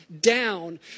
down